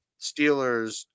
Steelers